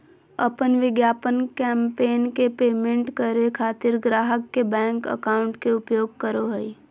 अपन विज्ञापन कैंपेन के पेमेंट करे खातिर ग्राहक के बैंक अकाउंट के उपयोग करो हइ